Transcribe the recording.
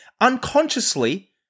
unconsciously